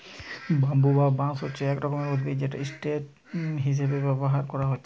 bamboo বা বাঁশ হচ্ছে এক রকমের উদ্ভিদ যেটা স্টেম হিসাবে ব্যাভার কোরা হচ্ছে